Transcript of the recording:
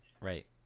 Right